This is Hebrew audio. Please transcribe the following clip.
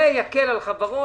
זה יקל על חברות,